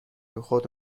خود